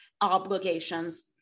obligations